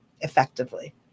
effectively